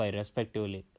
respectively